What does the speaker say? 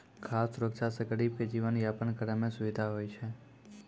खाद सुरक्षा से गरीब के जीवन यापन करै मे सुविधा होय छै